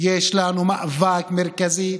יש לנו מאבק מרכזי,